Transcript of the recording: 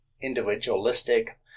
individualistic